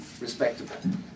respectable